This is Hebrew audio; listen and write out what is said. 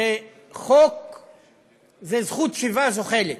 זה זכות שיבה זוחלת.